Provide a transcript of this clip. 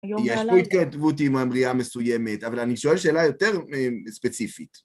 יש פה התקדמות עם המריאה מסוימת, אבל אני שואל שאלה יותר ספציפית.